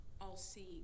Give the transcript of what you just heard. all-seeing